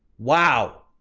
wow.